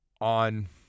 on